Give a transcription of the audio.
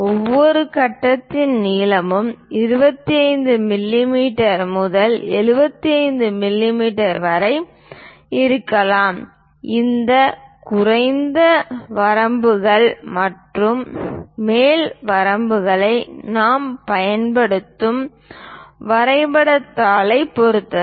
ஒவ்வொரு கட்டத்தின் நீளமும் 25 மிமீ முதல் 75 மிமீ வரை இருக்கலாம் இந்த குறைந்த வரம்புகள் அல்லது மேல் வரம்புகளை நாம் பயன்படுத்தும் வரைபடத் தாளைப் பொறுத்தது